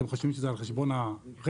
אתם חושבים שזה על חשבון הרשת?